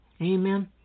amen